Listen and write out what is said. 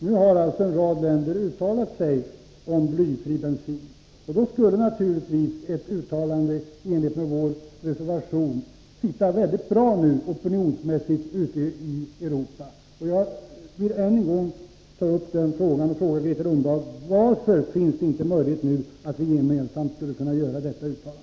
Nu har alltså en rad länder uttalat sig om blyfri bensin, och då skulle naturligtvis ett uttalande i enlighet med vår reservation opinionsmässigt verka mycket bra ute i Europa. Jag vill än en gång fråga Grethe Lundblad: Varför kan vi inte nu gemensamt göra detta uttalande?